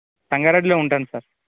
సంగారెడ్డిలో ఉంటాను సార్